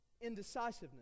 indecisiveness